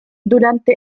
durante